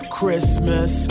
Christmas